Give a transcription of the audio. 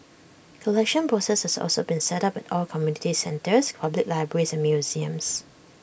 collection boxes have also been set up at all community centres public libraries and museums